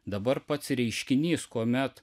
dabar pats reiškinys kuomet